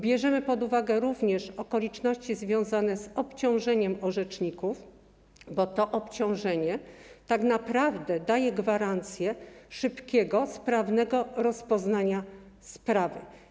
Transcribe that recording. Bierzemy pod uwagę również okoliczności związane z obciążeniem orzeczników, bo to obciążenie tak naprawdę daje gwarancję szybkiego, sprawnego rozpoznania sprawy.